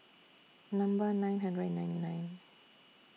Number nine hundred and ninety nine